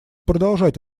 продолжать